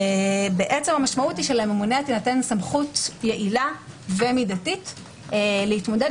המשמעות היא שלממונה תינתן סמכות יעילה ומידתית ומהותית להתמודד